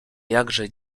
jakże